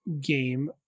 game